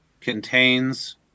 contains